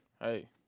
hey